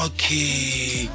Okay